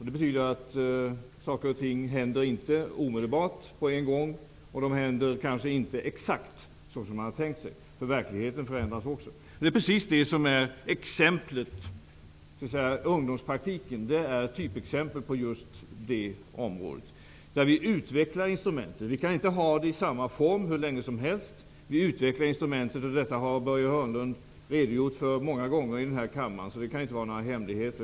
Det betyder att saker och ting inte sker omedelbart och kanske inte exakt såsom man hade tänkt sig. Verkligheten förändras nämligen också. Ungdomspraktiken är ett typexempel på detta. Vi utvecklar instrumentet. Vi kan inte ha det i samma form hur länge som helst. Att vi utvecklar instrumentet har Börje Hörnlund redogjort för i denna kammare många gånger. Det kan således inte vara någon hemlighet.